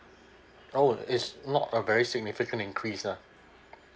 oh it's not a very significant increase lah